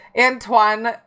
Antoine